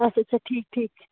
اچھا اچھا ٹھیٖک ٹھیٖک